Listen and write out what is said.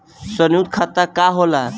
सयुक्त खाता का होला?